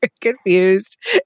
confused